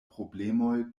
problemoj